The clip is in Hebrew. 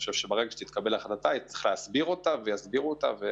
ברגע שתתקבל החלטה היא תצטרך להיות מוסברת לכל.